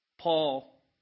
Paul